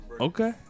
Okay